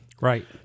Right